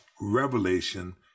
revelation